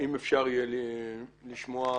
אפשר לשלב ביניהן.